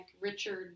Richard